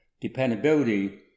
dependability